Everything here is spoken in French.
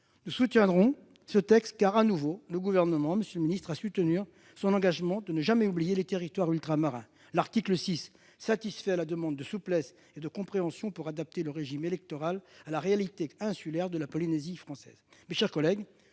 nous soutiendrons ce texte, car le Gouvernement a su tenir de nouveau son engagement de ne jamais oublier les territoires ultramarins. L'article 6 vise ainsi à satisfaire la demande de souplesse et de compréhension pour adapter le régime électoral à la réalité insulaire de Polynésie française. Chers collègues,